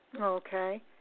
Okay